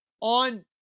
on